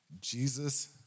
Jesus